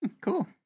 Cool